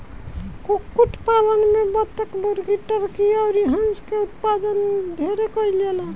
कुक्कुट पालन में बतक, मुर्गी, टर्की अउर हंस के उत्पादन ढेरे कईल जाला